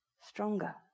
stronger